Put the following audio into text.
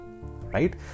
right